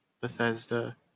Bethesda